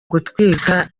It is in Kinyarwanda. gutwika